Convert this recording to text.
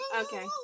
Okay